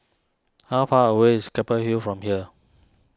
how far away is Keppel Hill from here